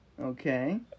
Okay